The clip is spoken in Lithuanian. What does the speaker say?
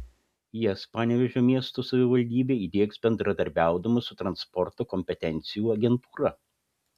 jas panevėžio miesto savivaldybė įdiegs bendradarbiaudama su transporto kompetencijų agentūra